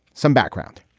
some background.